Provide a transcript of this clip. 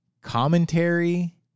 commentary